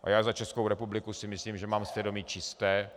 A já za Českou republiku si myslím, že mám svědomí čisté.